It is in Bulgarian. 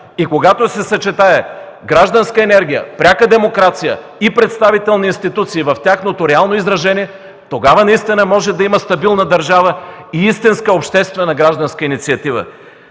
Когато се съчетае гражданска енергия, пряка демокрация и представителни институции в тяхното реално изражение, тогава наистина може да има стабилна държава и истинска обществена гражданска инициатива.